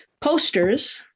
posters